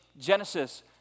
Genesis